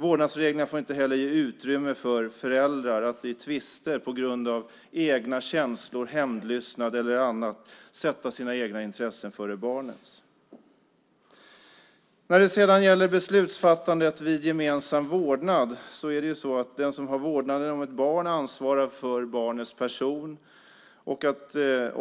Vårdnadsreglerna får inte heller ge utrymme för föräldrar att vid tvister på grund av egna känslor, hämndlystnad eller annat sätta sina egna intressen före barnets. När det sedan gäller beslutsfattandet vid gemensam vårdnad är det den som har vårdnaden om ett barn som ansvarar för barnets person och som